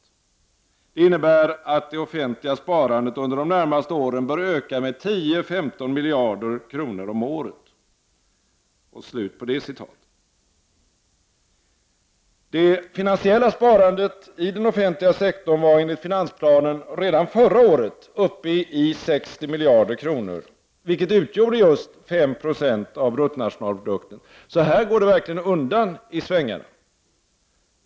Det innebär att det offentliga sparandet under de närmaste åren bör öka med 10-15 miljarder kronor om året.” Det finansiella sparandet i den offentliga sektorn var enligt finansplanen redan förra året uppe i 60 miljarder kronor, vilket utgjorde just 5 9o av BNP. Så här går det undan i svängarna!